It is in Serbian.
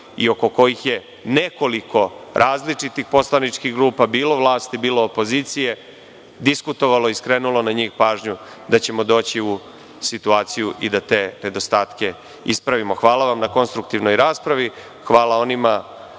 i oko kojih je nekoliko različitih poslaničkih grupa bilo vlasti, bilo opozicije diskutovalo i skrenulo na njih pažnju, da ćemo doći u situaciju i da te nedostatke ispravimo. Hvala vam na konstruktivnoj raspravi. Hvala onima